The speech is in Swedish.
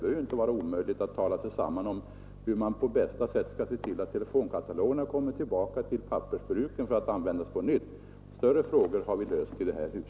Det skall inte vara omöjligt att tala sig samman om hur man på bästa sätt skall få telefonkatalogerna tillbaka till pappersbruken för att användas på nytt. Större problem har vi löst i detta hus.